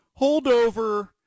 holdover –